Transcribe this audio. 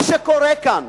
מה שקורה כאן